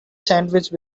sandwich